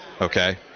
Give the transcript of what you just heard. okay